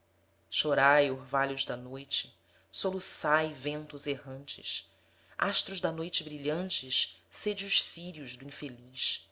o tufão chorai orvalhos da noite soluçai ventos errantes astros da noite brilhantes sede os círios do infeliz